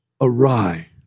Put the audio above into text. awry